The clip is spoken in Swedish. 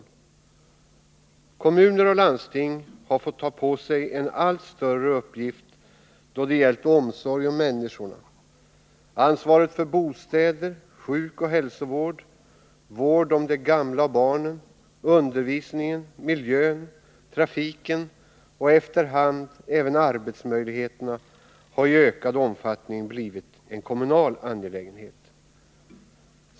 Kommuner och landsting har fått ta på sig en allt större uppgift då det gällt omsorg om människorna. Ansvaret för bostäder, sjukoch hälsovård, vård om de gamla och barnen, undervisningen, miljön, trafiken och efter hand även arbetsmöjligheter har i ökad omfattning blivit en kommunal angelägenhet.